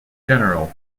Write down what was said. general